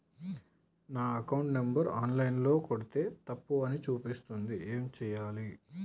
నా account number online ల కొడ్తే తప్పు అని చూపిస్తాంది ఏం చేయాలి?